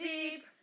deep